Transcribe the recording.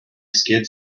skid